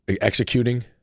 executing